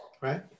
right